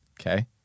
Okay